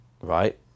right